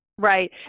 Right